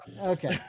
Okay